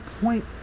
point